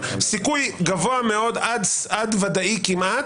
סיכוי גבוה מאוד עד ודאי כמעט,